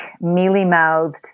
mealy-mouthed